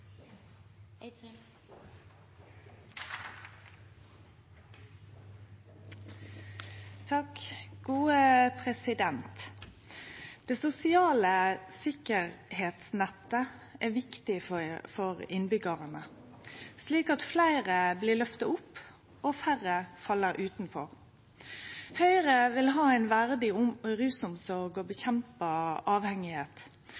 viktig for innbyggjarane, slik at fleire blir løfta opp og færre fell utanfor. Høgre vil ha ei verdig rusomsorg og